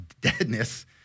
deadness